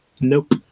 nope